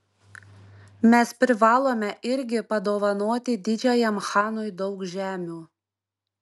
mes privalome irgi padovanoti didžiajam chanui daug žemių